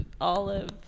olive